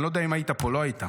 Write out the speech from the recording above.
אני לא יודע אם היית פה, לא היית.